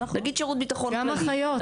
נגיד שירות ביטחון כללי --- גם אחיות.